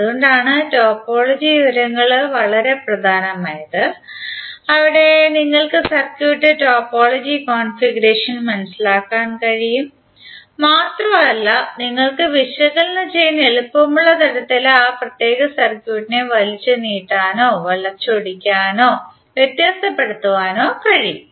അതുകൊണ്ടാണ് ടോപ്പോളജി വിവരങ്ങൾ വളരെ പ്രധാനമായത് അവിടെ നിങ്ങൾക്ക് സർക്യൂട്ടിന്റെ ടോപ്പോളജി കോൺഫിഗറേഷൻ മനസിലാക്കാൻ കഴിയും മാത്രമല്ല നിങ്ങൾക്ക് വിശകലനം ചെയ്യാൻ എളുപ്പമുള്ള തരത്തിൽ ആ പ്രത്യേക സർക്യൂട്ടിനെ വലിച്ചുനീട്ടാനോ വളച്ചൊടിക്കാനോ വെത്യസ്തപ്പെടുത്തുവാനോ കഴിയും